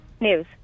News